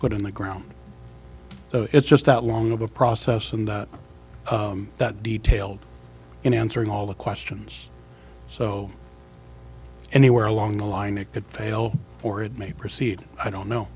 put in the ground it's just that long of a process and that detailed in answering all the questions so anywhere along the line it could fail or it may proceed i don't know